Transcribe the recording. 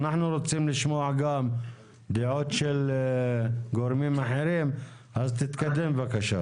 אנחנו רוצים לשמוע גם דעות של גורמים אחרים אז תתקדם בבקשה.